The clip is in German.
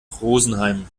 rosenheim